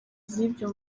z’ibyo